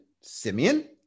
Simeon